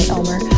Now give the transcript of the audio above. Elmer